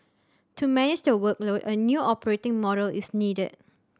to manage the workload a new operating model is needed